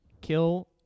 kill